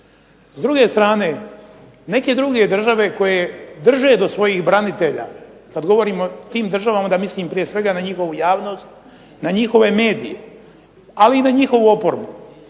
S druge strane, neke druge države koje drže do svojih branitelja, kad govorim o tim državama onda mislim prije svega na njihovu javnost, na njihove medije, ali i na njihovu oporbu.